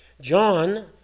John